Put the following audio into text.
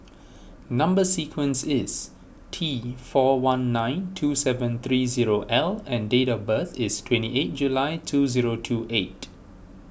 Number Sequence is T four one nine two seven three zero L and date of birth is twenty eight July two zero two eight